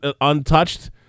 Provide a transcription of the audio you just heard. untouched